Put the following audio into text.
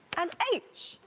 and h,